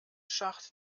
schacht